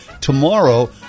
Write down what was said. tomorrow